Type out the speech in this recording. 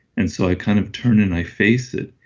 and so i kind of turn and i face it.